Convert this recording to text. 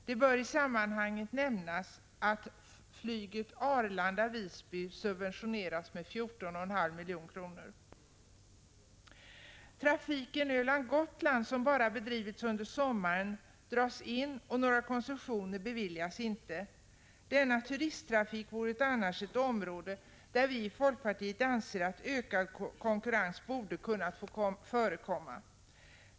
Det bör i sammanhanget nämnas att flyget Arlanda-Visby subventioneras med 14,5 milj.kr. Trafiken Öland-Gotland, som bara bedrivits under sommaren, dras in, och några koncessioner beviljas inte. Denna turisttrafik anser vi i folkpartiet vara ett område där ökad konkurrens borde kunna få förekomma.